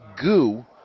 goo